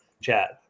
chat